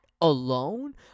alone